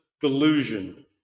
delusion